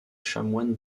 chanoines